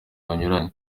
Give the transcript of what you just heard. banyuranye